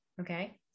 Okay